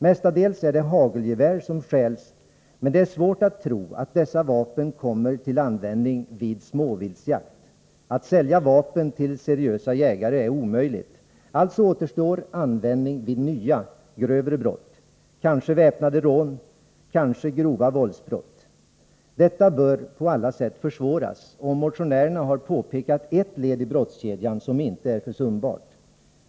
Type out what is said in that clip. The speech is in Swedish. Mestadels är det hagelgevär som stjäls, men det är svårt att tro att dessa vapen kommer till användning vid harjakt. Att sälja vapen till seriösa jägare är omöjligt. Alltså återstår användning vid nya grövre brott, kanske väpnade rån och grova våldsbrott. Detta bör alltså på alla sätt försvåras, och motionärerna har påpekat ett led i brottskedjan som inte är försumbart.